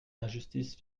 injustices